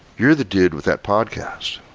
you're the dude with that podcast.